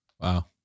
wow